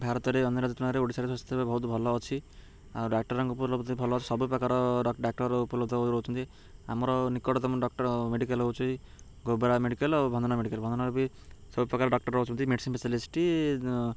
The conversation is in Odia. ଭାରତରେ ଅନ୍ୟ ରାଜ୍ୟ ତୁଳନାରେ ଓଡ଼ିଶାରେ ସାସ୍ଥ୍ୟବସ୍ଥା ବହୁତ ଭଲ ଅଛି ଆଉ ଡାକ୍ତରଙ୍କୁ ଉପଲବ୍ଧ ଭଲ ଅଛି ସବୁ ପ୍ରକାର ଡାକ୍ତର ଉପଲବ୍ଧ ହୋଇ ରହୁଛନ୍ତି ଆମର ନିକଟତମ ଡକ୍ଟର ମେଡିକାଲ୍ ହେଉଛି ଗୋବରା ମେଡିକାଲ ଆଉ ଭଧନା ମେଡିକାଲ ଭଧନାରେ ବି ସବୁ ପ୍ରକାର ଡାକ୍ତର ରହୁଛନ୍ତି ମେଡିସିନ୍ ଫେସିଲିଟି